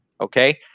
okay